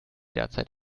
derzeit